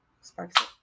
sparks